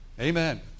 Amen